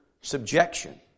subjection